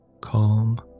Calm